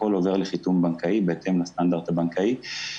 הכול עובר לחיתום בנקאי בהתאם לסטנדרט הבנקאי.